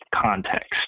context